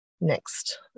next